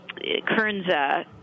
Kernza